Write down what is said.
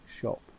shop